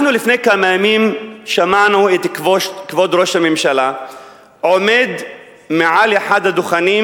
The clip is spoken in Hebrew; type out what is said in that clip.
לפני כמה ימים שמענו את כבוד ראש הממשלה עומד על אחד הדוכנים